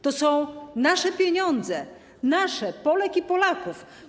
To są nasze pieniądze, nasze, Polek i Polaków.